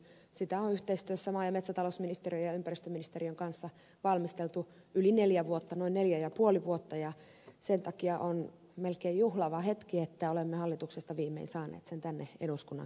sitä on yhteistyössä maa ja metsätalousministeriön ja ympäristöministeriön kanssa valmisteltu yli neljä vuotta noin neljä ja puoli vuotta ja sen takia on melkein juhlava hetki että olemme hallituksesta viimein saaneet sen tänne eduskunnan käsittelyyn